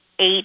eight